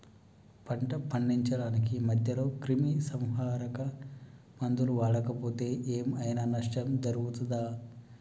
పంట పండించడానికి మధ్యలో క్రిమిసంహరక మందులు వాడకపోతే ఏం ఐనా నష్టం జరుగుతదా?